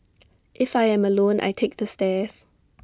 if I am alone I take the stairs